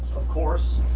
of course